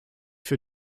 für